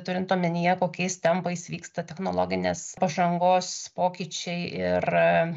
turint omenyje kokiais tempais vyksta technologinės pažangos pokyčiai ir